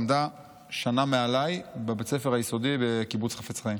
היא למדה שנה מעליי בבית הספר היסודי בקיבוץ חפץ חיים.